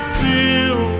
feel